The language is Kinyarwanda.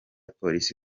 polisi